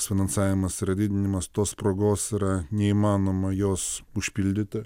finansavimas yra didinimas tos spragos yra neįmanoma jos užpildyti